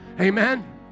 Amen